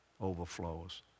overflows